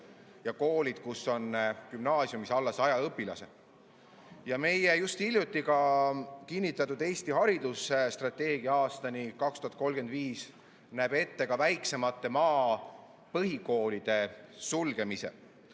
koolidest, kus on gümnaasiumis alla 100 õpilase. Hiljuti kinnitatud Eesti haridusstrateegia aastani 2035 näeb ette ka väiksemate maapõhikoolide sulgemise.